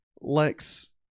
Lex